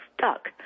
stuck